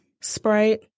Sprite